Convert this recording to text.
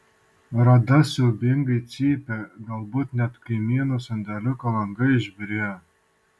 rada siaubingai cypė galbūt net kaimynų sandėliuko langai išbyrėjo